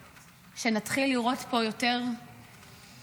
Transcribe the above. ושנתחיל לראות פה יותר אור,